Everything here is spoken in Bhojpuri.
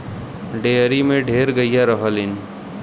डेयरी में ढेर गइया रहलीन